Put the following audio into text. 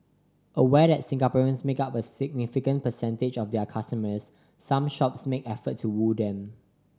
aware that Singaporeans make up a significant percentage of their customers some shops make effort to woo them